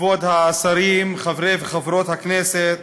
כבוד השרים, חברי וחברות הכנסת,